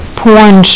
porn